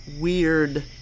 weird